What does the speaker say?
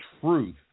truth